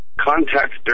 contact